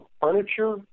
furniture